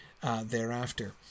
Thereafter